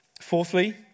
Fourthly